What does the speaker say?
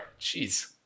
Jeez